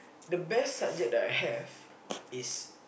the best subject that I have is